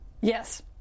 Yes